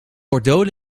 bordeaux